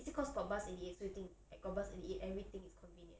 is it cause got bus eighty eight so you think got bus eighty eight everything is convenient